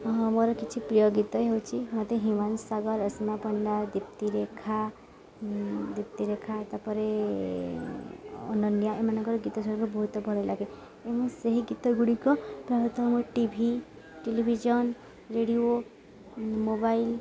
ହଁ ମୋର କିଛି ପ୍ରିୟ ଗୀତ ହେଉଛି ମୋତେ ହ୍ୟୁମାନ୍ ସାଗର ଅସୀମା ପଣ୍ଡା ଦୀପ୍ତିରେଖା ଦୀପ୍ତିରେଖା ତାପରେ ଅନନ୍ୟା ଏମାନଙ୍କର ଗୀତ ସବୁ ବହୁତ ଭଲ ଲାଗେ ଏବଂ ସେହି ଗୀତ ଗୁଡ଼ିକ ପ୍ରାୟତଃ T V television radio mobile